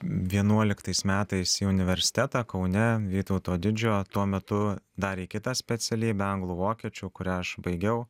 vienuoliktais metais į universitetą kaune vytauto didžiojo tuo metu dar kitą specialybę anglų vokiečių kurią aš baigiau